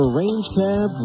range-cab